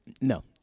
No